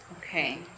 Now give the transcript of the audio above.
Okay